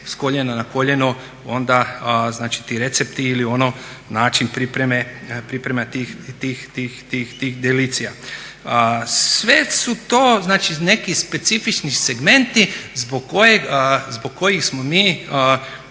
s koljena na koljeno ti recepti ili ono način pripreme tih delicija. Sve su to znači neki specifični segmenti zbog kojih smo mi